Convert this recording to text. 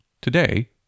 Today